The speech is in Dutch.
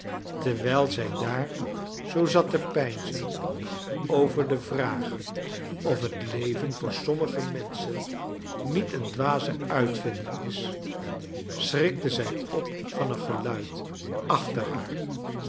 terwijl zij daar zoo zat te peinzen over de vraag of het leven voor sommige menschen niet een dwaze uitvinding is schrikte zij op van een geluid achter haar